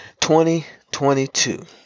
2022